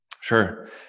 Sure